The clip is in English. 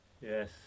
Yes